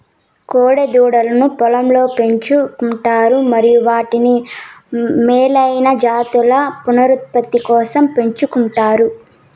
కోడె దూడలను పొలంలో పెంచు కుంటారు మరియు వాటిని మేలైన జాతుల పునరుత్పత్తి కోసం పెంచుకుంటారు